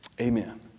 Amen